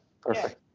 perfect